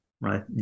right